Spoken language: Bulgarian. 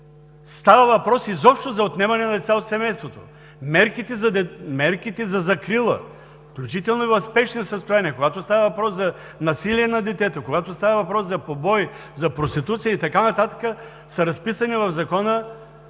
става въпрос изобщо за отнемане на деца от семейството? Мерките за закрила, включително и в спешни състояния, когато става въпрос за насилие над детето, когато става въпрос за побой, за проституция и така нататък, са разписани в Закона